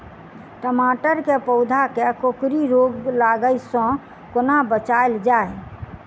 टमाटर केँ पौधा केँ कोकरी रोग लागै सऽ कोना बचाएल जाएँ?